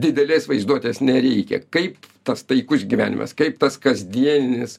didelės vaizduotės nereikia kaip tas taikus gyvenimas kaip tas kasdieninis